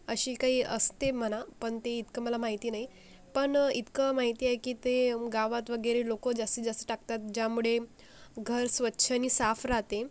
अशी काही असते म्हणा पण ते इतकं मला माहिती नाही पण इतकं माहिती आहे की ते गावात वगैरे लोक जास्तीत जास्त टाकतात ज्यामुळे घर स्वच्छ आणि साफ राहते